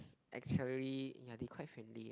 actually ya they quite friendly